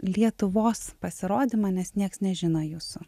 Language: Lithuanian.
lietuvos pasirodymą nes nieks nežino jūsų